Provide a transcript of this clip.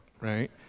right